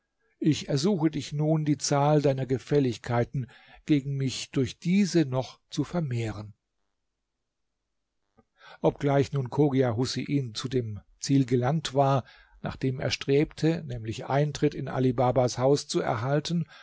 ich ersuche dich nun die zahl deiner gefälligkeiten gegen mich durch diese noch zu vermehren obgleich nun chogia husein zum dem ziel gelangt war nach dem er strebte nämlich eintritt in ali babas haus zu erhalten